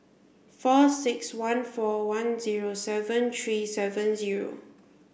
four six one four one zero seven three seven zero